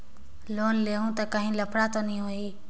Loan लेहूं ता काहीं लफड़ा तो नी होहि?